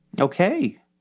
Okay